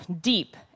deep